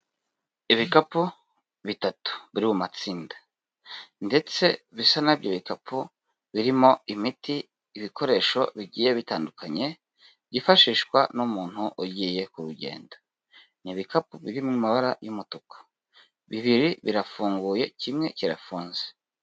Ibikapu bitatu biri mu matsinda ndetse bisa naho ibyo bikapu birimo imiti, ibikoresho bigiye bitandukanye byifashishwa n'umuntu ugiye ku rugendo. Ni ibikapu biri mu mabara y'umutuku. Bibiri birafunguye, kimwe kirafunze.